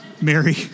Mary